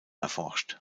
erforscht